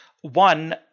One